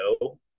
no